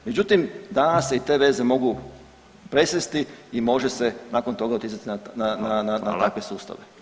Međutim, danas se i te veze mogu presresti i može se nakon toga utjecati na takve sustave.